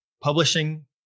publishing